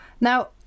Now